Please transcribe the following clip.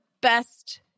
best